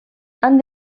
han